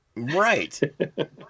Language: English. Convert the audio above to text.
Right